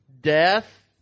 death